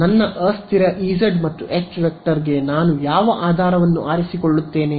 ನನ್ನ ಅಸ್ಥಿರ Ez ಮತ್ತು ⃗H ಗೆ ನಾನು ಯಾವ ಆಧಾರವನ್ನು ಆರಿಸಿಕೊಳ್ಳುತ್ತೇನೆ